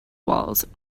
walls